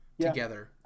together